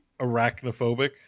arachnophobic